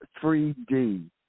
3D